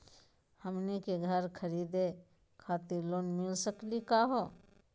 हमनी के घर खरीदै खातिर लोन मिली सकली का हो?